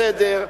בסדר זאב,